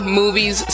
movies